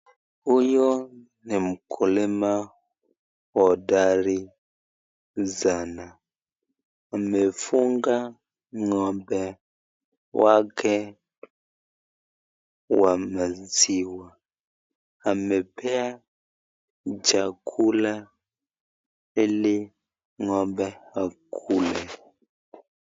Huyu ni mkulima hodari sana amefunga ngo'mbe wake wa maziwa ,amepea chakula ili ngo'mbe akule.